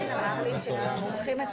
יש כל מיני כלים נוספים שמנסים